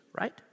Right